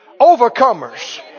Overcomers